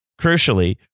crucially